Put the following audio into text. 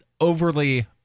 overly